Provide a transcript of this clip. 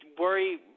worry